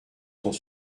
sont